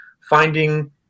finding